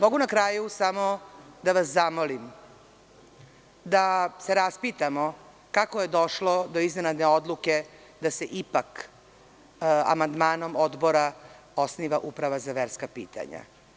Na kraju mogu samo da vas zamolim da se raspitamo kako je došlo do iznenadne odluke da se ipak amandmanom odbora osniva Uprava za verska pitanja.